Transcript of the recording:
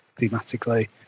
thematically